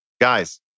Guys